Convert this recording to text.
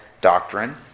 doctrine